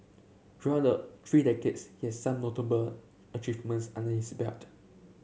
throughout the three decades he has some notable achievements under his belt